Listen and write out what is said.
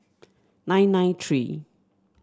nine nine three